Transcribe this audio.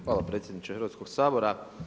Hvala predsjedniče Hrvatskog sabora.